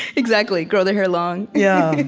exactly grow their hair long. yeah,